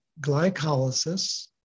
glycolysis